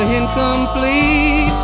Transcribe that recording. incomplete